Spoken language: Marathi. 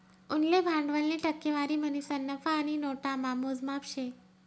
उनले भांडवलनी टक्केवारी म्हणीसन नफा आणि नोटामा मोजमाप शे